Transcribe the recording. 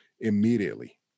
Immediately